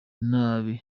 nabi